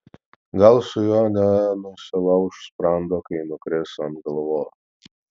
gal su juo nenusilauš sprando kai nukris ant galvos